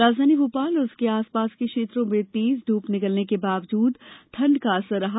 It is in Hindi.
राजधानी भोपाल और उसके आसपास के क्षेत्रों में तेज धूप निकालने के बावजूद ठंड का असर रहा